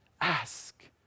Ask